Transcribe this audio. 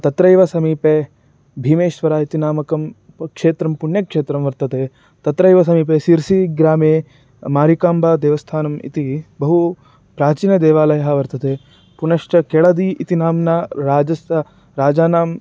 तत्रैव समीपे भीमेश्वरः इति नामकं प क्षेत्रं पुण्यक्षेत्रं वर्तते तत्रैव समीपे सिर्सि ग्रामे मारिकाम्बादेवस्थानम् इति बहु प्राचीनदेवालयः वर्तते पुनश्च केळदि इति नाम्ना राजस्थं राजानां